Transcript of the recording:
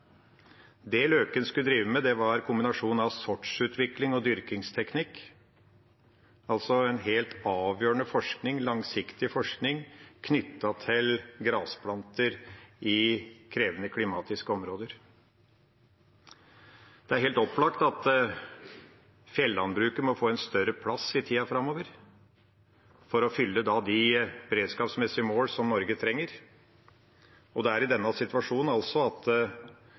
Det Løken skulle drive med, var en kombinasjon av sortsutvikling og dyrkingsteknikk, altså en helt avgjørende forskning, langsiktig forskning, knyttet til grasplanter i krevende klimatiske områder. Det er helt opplagt at fjellandbruket må få en større plass i tida framover for å fylle de beredskapsmessige mål som Norge trenger. Det er i denne situasjonen at ressursene altså prioriteres sånn at